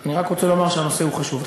אני רק רוצה לומר שהנושא חשוב.